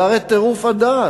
הרי זה טירוף הדעת.